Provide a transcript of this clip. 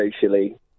socially